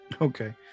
Okay